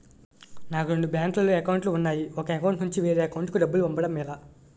నాకు రెండు బ్యాంక్ లో లో అకౌంట్ లు ఉన్నాయి ఒక అకౌంట్ నుంచి వేరే అకౌంట్ కు డబ్బు పంపడం ఎలా?